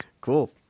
cool